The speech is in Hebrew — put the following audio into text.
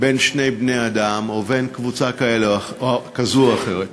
בין שני בני-אדם או עם קבוצה כזו או אחרת.